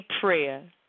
prayer